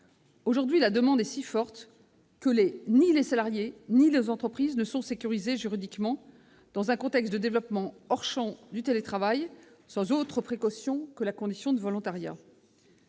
Aujourd'hui, la demande est si forte que ni les salariés ni les entreprises ne sont sécurisés juridiquement dans un contexte de développement hors champ du télétravail, sans autre précaution que la condition du volontariat.